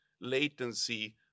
latency